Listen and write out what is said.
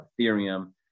Ethereum